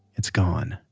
it's gone